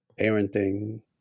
parenting